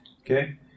Okay